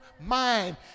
mind